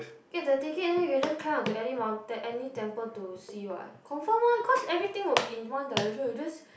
get the ticket then you just climb onto any mountain any temple to see what confirm [one] cause everything will be in one direction you just